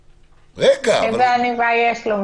איזה עניבה יש לו?